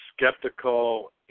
skeptical